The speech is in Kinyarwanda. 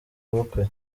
ubukwe